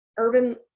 Urban